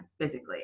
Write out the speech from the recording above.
physically